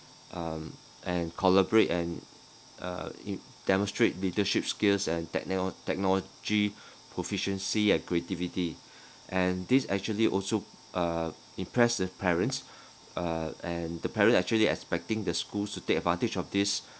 um and collaborate and uh in~ demonstrate leadership skills and techno~ technology proficiency and creativity and this actually also uh impress the parents uh and the parent actually expecting the schools to take advantage of this